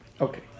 Okay